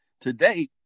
today